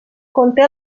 conté